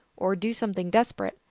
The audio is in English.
or do something desperate,